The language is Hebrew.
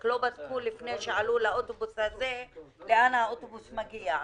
רק לא בדקו לפני שעלו לאוטובוס הזה לאן האוטובוס מגיע.